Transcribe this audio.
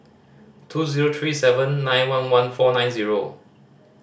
two zero three seven nine one one four nine zero